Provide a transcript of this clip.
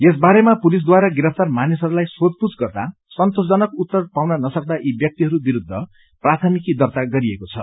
यस बारेमा पुलिसद्वारा गिरफ्तार मानिसहरूलाई सोधपूछ गर्दा सन्तोषजनक उत्तर पाउन नसक्दा यी व्यक्तिहरू विरूद्व प्राथमिकी दर्ता गरिएको छ